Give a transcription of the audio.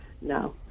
no